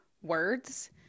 words